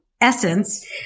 Essence